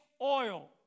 oil